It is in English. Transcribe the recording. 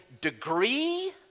degree